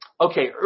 Okay